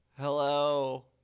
Hello